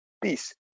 peace